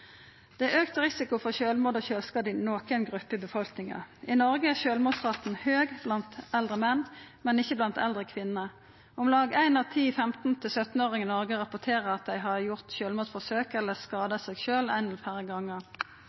Det er auka risiko for sjølvmord og sjølvskading i nokre grupper i befolkninga. I Noreg er sjølvmordsraten høg blant eldre menn, men ikkje blant eldre kvinner. Om lag ein av ti 15–17-åringar i Noreg rapporterer at dei har gjort sjølvmordforsøk eller skada seg sjølv ein eller fleire gonger.